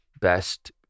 best